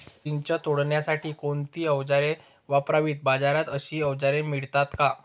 चिंच तोडण्यासाठी कोणती औजारे वापरावीत? बाजारात अशी औजारे मिळतात का?